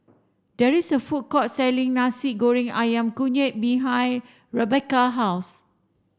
there is a food court selling Nasi Goreng Ayam Kunyit behind Rebekah house